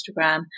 instagram